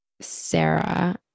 Sarah